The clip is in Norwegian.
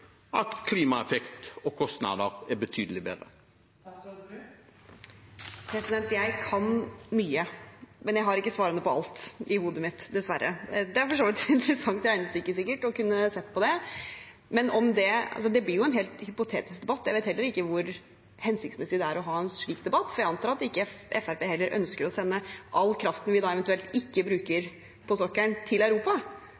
at det er betydelig bedre for klimaeffekten og med tanke på kostnader? Jeg kan mye, men jeg har ikke svarene på alt i hodet mitt, dessverre. Det hadde for så vidt sikkert vært et interessant regnestykke å kunne se på, men det blir jo en helt hypotetisk debatt. Jeg vet heller ikke hvor hensiktsmessig det er å ha en slik debatt, for jeg antar at heller ikke Fremskrittspartiet ønsker å sende all kraften vi da eventuelt ikke